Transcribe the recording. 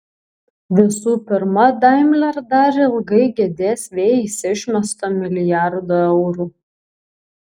visų pirma daimler dar ilgai gedės vėjais išmesto milijardo eurų